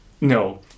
no